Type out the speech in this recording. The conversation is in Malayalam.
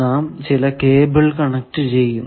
നാം ചില കേബിൾ കണക്ട് ചെയ്യുന്നു